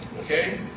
okay